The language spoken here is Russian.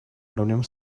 проблем